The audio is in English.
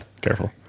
Careful